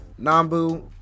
Nambu